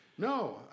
No